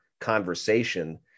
conversation